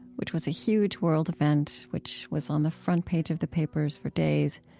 which was a huge world event, which was on the front page of the papers for days.